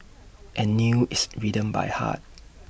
and knew its rhythms by heart